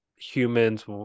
humans